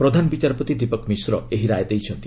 ପ୍ରଧାନ ବିଚାରପତି ଦୀପକ ମିଶ୍ର ଏହି ରାୟ ଦେଇଛନ୍ତି